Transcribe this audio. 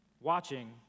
watching